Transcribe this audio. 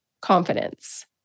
confidence